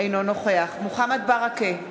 אינו נוכח מוחמד ברכה,